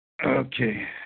Okay